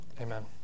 Amen